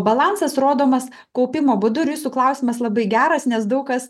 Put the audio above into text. balansas rodomas kaupimo būdu ir jūsų klausimas labai geras nes daug kas